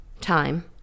time